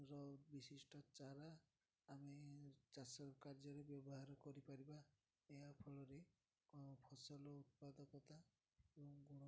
ର ବିଶିଷ୍ଟ ଚାରା ଆମେ ଚାଷ କାର୍ଯ୍ୟରେ ବ୍ୟବହାର କରିପାରିବା ଏହା ଫଳରେ ଫସଲ ଉତ୍ପାଦକତା ଏବଂ ଗୁଣବତ୍ତା